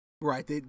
right